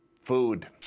Food